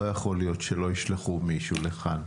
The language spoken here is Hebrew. לא יכול להיות שלא ישלחו מישהו לכאן.